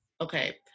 Okay